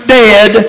dead